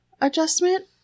adjustment